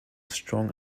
strong